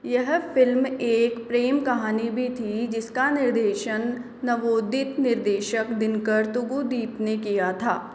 यह फ़िल्म एक प्रेम कहानी भी थी जिसका निर्देशन नवोदित निर्देशक दिनाकर थूगुदीप ने किया था